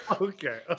Okay